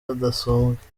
rudasumbwa